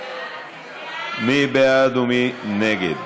מי בעד ומי נגד?